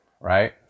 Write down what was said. Right